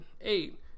eight